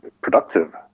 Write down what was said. productive